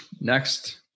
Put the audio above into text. Next